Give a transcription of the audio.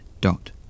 dot